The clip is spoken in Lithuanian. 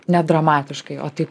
nedramatiškai o taip